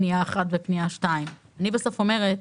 אני אומרת: